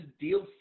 deal